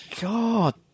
God